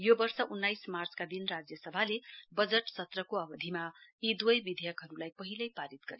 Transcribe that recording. यो वर्ष उन्नाइस मार्चका दिन राज्यसभाले वजट सत्रका अवधिमा यी दुवै विधेयकहरुलाई पहिलै पारित गरेको थियो